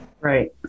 Right